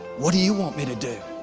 what do you want me to do?